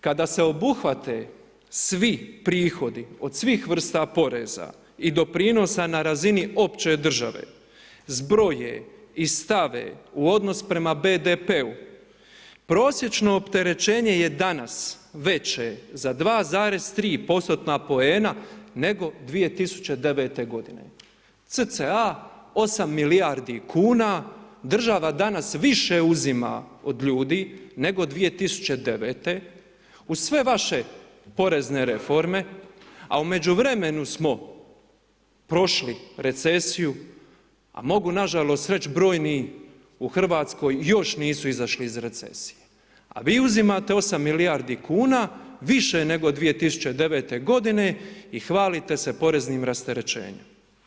Kada se obuhvate svi prihodi od svih vrsta poreza i doprinosa na razini opće države, zbroje i stave u odnos prema BDP-u, prosječno opterećenje je danas veće za 2,3% poena, nego 2009. godine, cca 8 milijardi kuna, država danas više uzima od ljudi nego 2009., uz sve vaše porezne reforme, a u međuvremenu smo prošli recesiju, a mogu nažalost reći, brojni u Hrvatskoj, još nisu izašli iz recesije, a vi uzimate 8 milijardi kuna više nego 2009. godine, i hvalite se poreznim rasterećenjem.